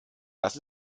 das